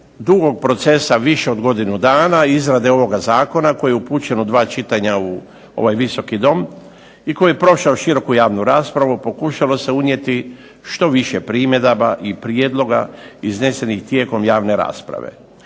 dugog procesa više od godine dana izrade ovoga zakona koji je upućen u dva čitanja u ovaj Visoki dom, i koji je prošao široku javnu raspravu pokušalo se unijeti što više primjedaba i prijedloga iznesenih tijekom javne rasprave.